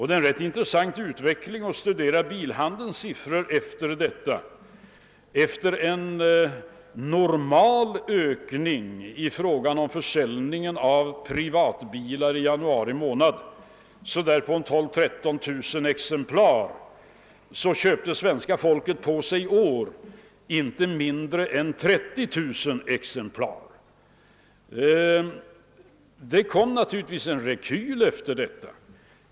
Det är ganska intressant att studera bilhandelns utveckling efter detta beslut. Mot en normal ökning i fråga om försäljningen av personbilar under januari månad med 12 000—13 000 exemplar, steg siffran i år till inte mindre än 30 000 exemplar. Efter moms-höjningen kom naturligtvis en rekyl.